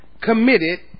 committed